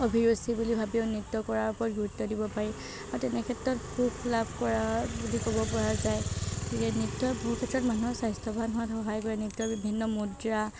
অভিৰুচি বুলি ভাবিও নৃত্য কৰাৰ ওপৰত গুৰুত্ব দিব পাৰি বা তেনেক্ষেত্ৰত সুখ লাভ কৰা বুলি ক'ব পৰা যায় গতিকে নৃত্যই বহুক্ষেত্ৰত মানুহক স্বাস্থ্যৱান হোৱাত সহায় কৰে নৃত্যৰ বিভিন্ন মুদ্ৰা